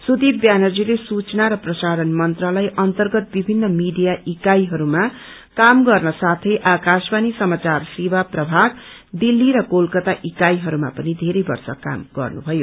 सुरिप ब्यानर्जीले सूचना र प्रसारण मन्त्रालय अन्तर्गत विभिन्न मीडिया इकाइंडरुमा काम गर्न साथै आकाशवाणी समाचार सेवा प्रभाग दिल्ली र कलकता इकाईहरूमा पनि धेरै वर्ष काम गर्नुभयो